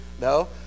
No